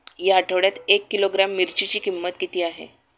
या आठवड्यात एक किलोग्रॅम मिरचीची किंमत किती आहे?